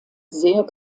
sehr